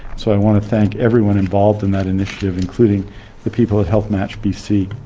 so i want to thank everyone involved in that initiative, including the people at health much bc.